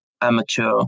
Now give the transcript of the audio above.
amateur